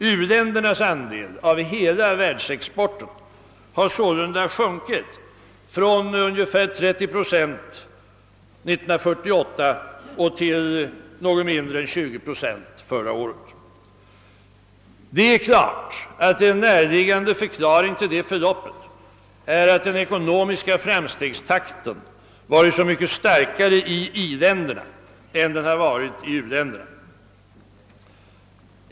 U-ländernas andel av hela världsexporten har sålunda sjunkit från ungefär 30 procent år 1948 till något mindre än 20 procent förra året. En närliggande förklaring till detta förlopp är naturligtvis att den ekonomiska framstegstakten har varit så mycket högre i i-länderna än i u-länderna.